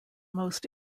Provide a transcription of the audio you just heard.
most